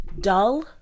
Dull